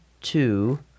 two